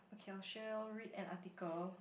okay I shall read an article